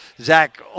Zach